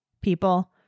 people